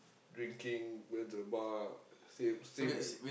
drinking went to the bar same same as